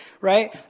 right